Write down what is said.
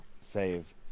save